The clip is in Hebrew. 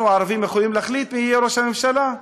אנחנו הערבים יכולים להחליט מי יהיה ראש הממשלה.